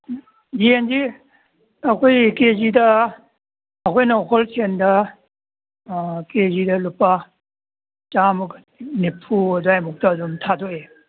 ꯌꯦꯟꯁꯤ ꯑꯩꯈꯣꯏ ꯀꯦ ꯖꯤꯗ ꯑꯩꯈꯣꯏꯅ ꯍꯣꯜ ꯁꯦꯜꯗ ꯀꯦ ꯖꯤꯗ ꯂꯨꯄꯥ ꯆꯥꯝꯃꯒ ꯅꯤꯐꯨ ꯑꯗꯥꯏꯃꯨꯛꯇ ꯑꯗꯨꯝ ꯊꯥꯗꯣꯛꯑꯦ